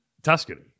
Tuscany